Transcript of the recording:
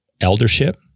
eldership